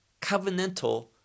covenantal